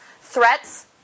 threats